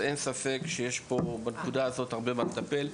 אין ספק שיש פה, בנקודה הזאת, הרבה במה לטפל.